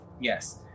Yes